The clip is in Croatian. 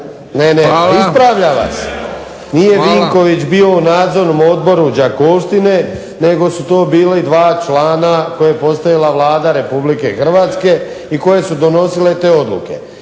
Zoran (HDSSB)** Nije Vinković bio u Nadzornom odboru Đakovštine nego su to bili dva člana koje je postavila Vlada Republike Hrvatske i koje su donosile te odluke.